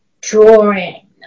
drawing